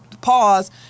Pause